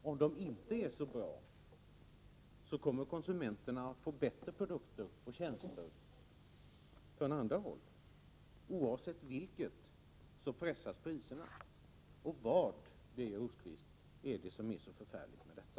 Om de inte är så bra, kommer konsumenterna att få bättre produkter och tjänster från andra håll — oavsett vilket pressas priserna. Vad är det, Birger Rosqvist, som är så förfärligt med detta?